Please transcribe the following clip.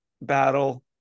battle